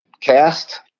cast